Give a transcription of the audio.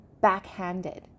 backhanded